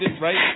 right